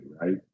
right